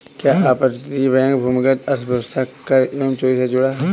क्या अपतटीय बैंक भूमिगत अर्थव्यवस्था एवं कर चोरी से जुड़ा है?